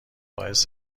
باعث